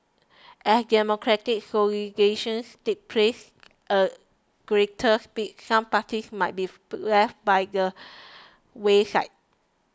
as democratic takes place a greater speed some parties might beef left by the wayside